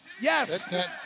Yes